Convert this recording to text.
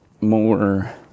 more